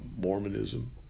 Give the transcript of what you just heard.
Mormonism